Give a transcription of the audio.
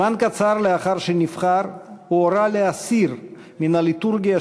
זמן קצר לאחר שנבחר הוא הורה להסיר מהליטורגיה